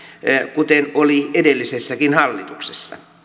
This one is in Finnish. kuten oli edellisessäkin hallituksessa